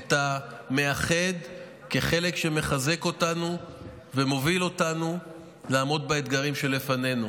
את המאחד כחלק שמחזק אותנו ומוביל אותנו לעמוד באתגרים שלפנינו.